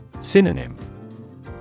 Synonym